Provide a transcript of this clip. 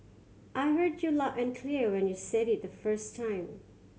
I heard you loud and clear when you said it the first time